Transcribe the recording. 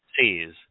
seas